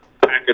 package